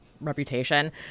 reputation